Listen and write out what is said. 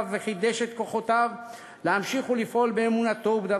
וחידש את כוחותיו להמשיך ולפעול באמונתו ובדרכו.